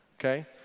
Okay